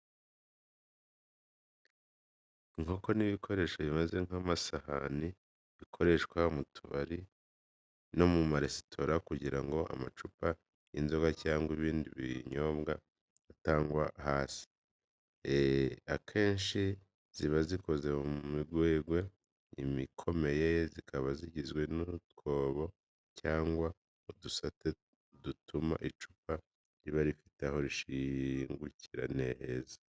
Inkoko ni ibikoresho bimeze nk’amasahani, bikoreshwa mu tubari no mu maresitora kugira ngo amacupa y’inzoga cyangwa ibindi binyobwa atagwa hasi. Akenshi ziba zikoze mu migwegwe ikomeye, zikaba zigizwe n’utwobo cyangwa udusate dutuma icupa riba rifite aho rishingukira neza.